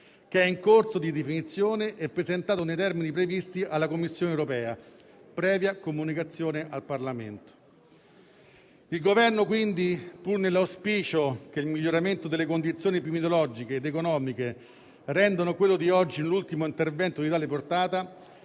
che è in corso di definizione e sarà presentato nei termini previsti alla Commissione europea, previa comunicazione al Parlamento. Il Governo quindi, pur nell'auspicio che il miglioramento delle condizioni epidemiologiche ed economiche rendano quello di oggi l'ultimo intervento di tale portata,